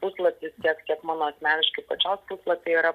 puslapis tiek tiek mano asmeniškai pačios puslapy yra